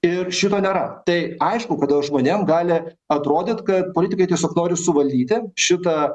ir šito nėra tai aišku kodėl žmonėm gali atrodyt kad politikai tiesiog nori suvalyti šitą